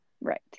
right